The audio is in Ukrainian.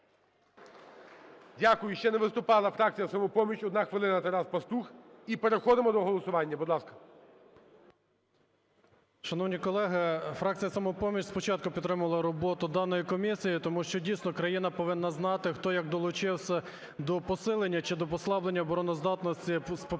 Дякую. Ще не виступала фракція "Самопоміч". Одна хвилина Тарас Пастух. І переходимо до голосування. Будь ласка. 17:24:09 ПАСТУХ Т.Т. Шановні колеги, фракція "Самопоміч" спочатку підтримувала роботу даної комісії, тому що, дійсно, країна повинна знати, хто як долучився до посилення чи до послаблення обороноздатності з попереднього